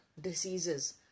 diseases